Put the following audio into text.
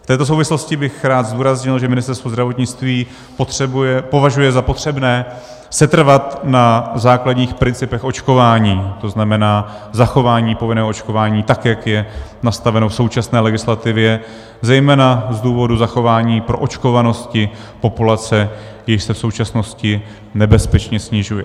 V této souvislosti bych rád zdůraznil, že Ministerstvo zdravotnictví považuje za potřebné setrvat na základních principech očkování, to znamená zachování povinného očkování tak, jak je nastaveno v současné legislativě, zejména z důvodu zachování proočkovanosti populace, která se v současnosti nebezpečně snižuje.